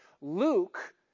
Luke